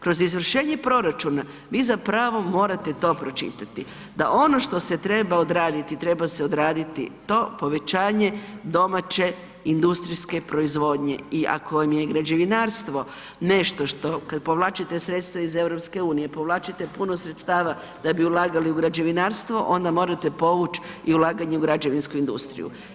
Kroz izvršenje proračuna vi zapravo morate to pročitati da ono što se treba odraditi, treba se odraditi to povećanje domaće industrijske proizvodnje i ako vam je građevinarstvo nešto što kada povlačite sredstva iz EU, povlačite puno sredstava da bi ulagali u građevinarstvo onda morate povuć i ulaganje u građevinsku industriju.